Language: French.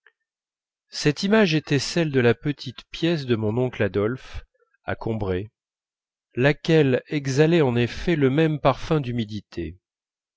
cette image était celle de la petite pièce de mon oncle adolphe à combray laquelle exhalait en effet le même parfum d'humidité